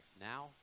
now